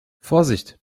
vorsicht